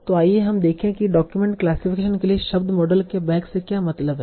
तो आइए हम देखें कि डॉक्यूमेंट क्लासिफिकेशन के लिए शब्द मॉडल के बैग से क्या मतलब है